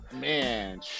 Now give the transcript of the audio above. Man